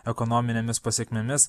ekonominėmis pasekmėmis